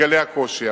מתגלה הקושי.